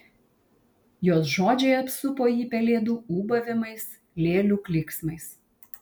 jos žodžiai apsupo jį pelėdų ūbavimais lėlių klyksmais